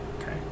okay